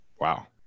Wow